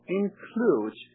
include